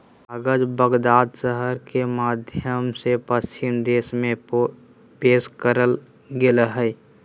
कागज बगदाद शहर के माध्यम से पश्चिम देश में पेश करल गेलय हइ